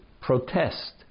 protest